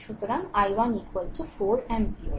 সুতরাং i1 4 ampere